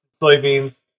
soybeans